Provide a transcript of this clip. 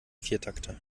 viertakter